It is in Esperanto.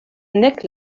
nek